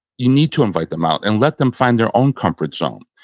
you need to invite them out and let them find their own comfort zone.